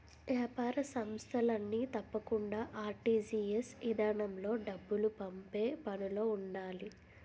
ఏపార సంస్థలన్నీ తప్పకుండా ఆర్.టి.జి.ఎస్ ఇదానంలో డబ్బులు పంపే పనులో ఉండాలి